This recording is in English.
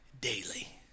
daily